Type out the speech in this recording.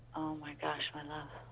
my gosh, my love.